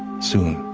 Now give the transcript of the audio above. soon.